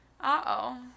Uh-oh